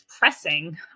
pressing